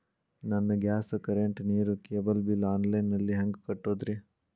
ನನ್ನ gas, current, ನೇರು, cable bill online ನಲ್ಲಿ ಹೆಂಗ್ ಕಟ್ಟೋದ್ರಿ?